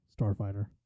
Starfighter